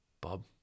Bob